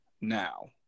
now